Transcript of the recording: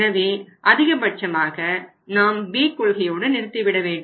எனவே அதிகப்பட்சமாக நாம் B கொள்கையோடு நிறுத்திவிட வேண்டும்